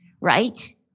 right